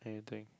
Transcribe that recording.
anything